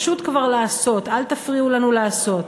פשוט כבר לעשות: אל תפריעו לנו לעשות.